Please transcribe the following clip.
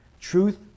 Truth